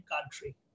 country